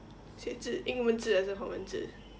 写字英文字还是华文字